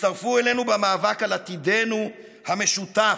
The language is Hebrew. הצטרפו אלינו במאבק על עתידנו המשותף,